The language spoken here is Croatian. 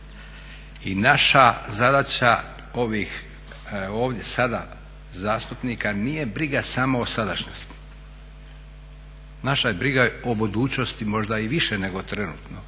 I naša zadaća ovih ovdje sada zastupnika nije briga samo o sadašnjosti, naša je briga o budućnosti možda i više nego trenutno.